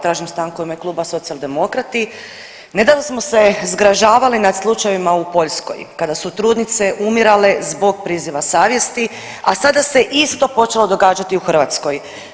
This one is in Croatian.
Tražim stanku u ime kluba Socijaldemokrati, ne sa smo se zgražavali nad slučajevima u Poljskoj kada su trudnice umirale zbog priziva savjesti, a sada se isto počelo događati u Hrvatskoj.